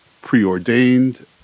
preordained